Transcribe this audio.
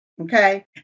Okay